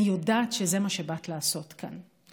אני יודעת שזה מה שבאת לעשות כאן.